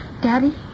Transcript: Daddy